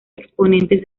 exponentes